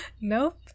Nope